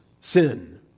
sin